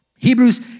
Hebrews